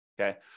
okay